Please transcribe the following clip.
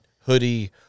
hoodie